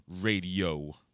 Radio